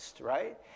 right